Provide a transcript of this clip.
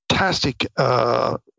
Fantastic